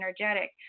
energetic